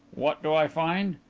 what do i find?